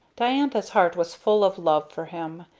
diantha's heart was full of love for him,